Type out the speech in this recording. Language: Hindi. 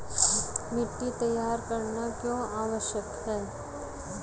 मिट्टी तैयार करना क्यों आवश्यक है?